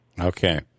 Okay